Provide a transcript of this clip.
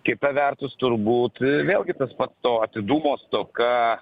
kita vertus turbūt vėlgi tas pats to atidumo stoka